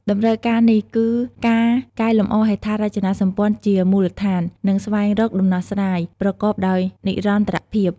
តម្រូវការនេះគឺការកែលម្អហេដ្ឋារចនាសម្ព័ន្ធជាមូលដ្ឋាន និងស្វែងរកដំណោះស្រាយប្រកបដោយនិរន្តរភាព។